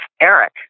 Eric